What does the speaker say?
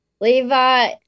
Levi